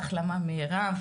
החלמה מהירה,